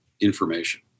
information